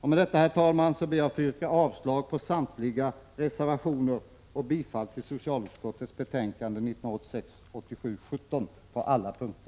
Med detta, herr talman, ber jag att få yrka avslag på samtliga reservationer och bifall till socialutskottets yrkanden i betänkandet 1986/87:17 på alla punkter.